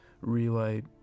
relight